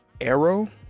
Arrow